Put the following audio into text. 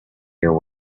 your